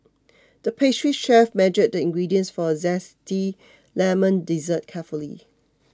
the pastry chef measured the ingredients for a Zesty Lemon Dessert carefully